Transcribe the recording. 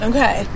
Okay